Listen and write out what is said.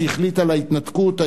שהחליט על ההתנתקות,